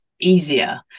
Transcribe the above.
easier